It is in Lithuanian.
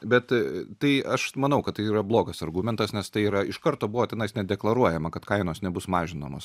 bet tai aš manau kad tai yra blogas argumentas nes tai yra iš karto buvo tenais nedeklaruojama kad kainos nebus mažinamos